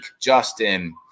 Justin